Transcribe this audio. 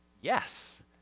Yes